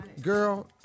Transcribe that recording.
Girl